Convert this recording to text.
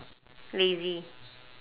lazy